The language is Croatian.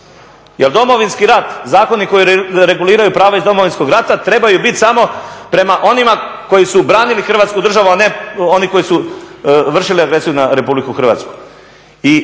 jer Domovinski rat, zakoni koji reguliraju prava iz Domovinskog rata trebaju biti samo prema onima koji su branili Hrvatsku državu, a ne oni koji su vršili agresiju na RH. I